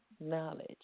knowledge